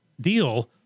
deal